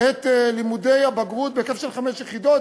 את לימודי הבגרות בהיקף של חמש יחידות.